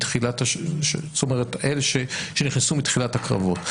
אלה שנכנסו מתחילת הקרבות.